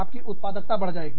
आपकी उत्पादकता बढ़ जाएगी